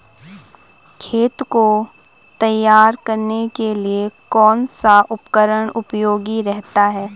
खेत को तैयार करने के लिए कौन सा उपकरण उपयोगी रहता है?